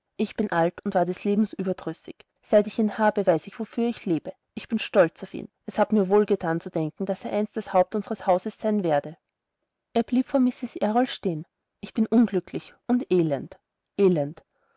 ich bin alt und war des lebens überdrüssig seit ich ihn habe weiß ich wofür ich lebe ich bin stolz auf ihn es hat mir wohl gethan zu denken daß er einst das haupt unsres hauses sein werde er blieb vor mrs errol stehen ich bin unglücklich und elend elend